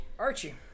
Archie